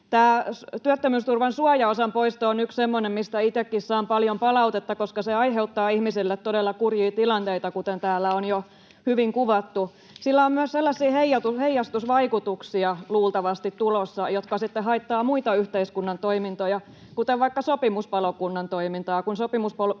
työttömyysturvan suojaosan poisto on yksi semmoinen, mistä itsekin saan paljon palautetta, koska se aiheuttaa ihmisille todella kurjia tilanteita, kuten täällä on jo hyvin kuvattu. Sillä on myös luultavasti tulossa sellaisia heijastusvaikutuksia, jotka sitten haittaavat muita yhteiskunnan toimintoja, kuten vaikka sopimuspalokunnan toimintaa,